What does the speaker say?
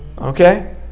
Okay